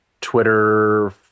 Twitter